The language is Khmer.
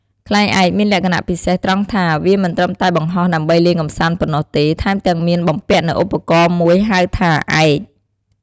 ខ្លែងឯកមានលក្ខណៈពិសេសត្រង់ថា វាមិនត្រឹមតែបង្ហោះដើម្បីលេងកម្សាន្តប៉ុណ្ណោះទេ ថែមទាំងមានបំពាក់នូវឧបករណ៍មួយហៅថា ឯក។